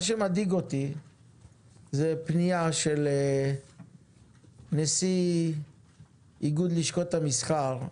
מה שמדאיג אותי זה פנייה של נשיא איגוד לשכות המסחר,